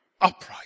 upright